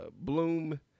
Bloom